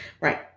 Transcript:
Right